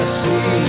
see